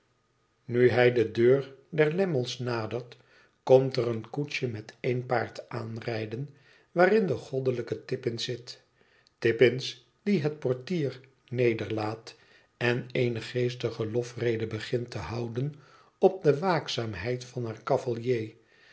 nu hij de deur der lammies nadert komt er een koest je met één paard aanrijden waarin de goddelijke tippins zit tippins die het portier nederlaat en eene geestige lofrede begint te houden op de waakzaamheid van haar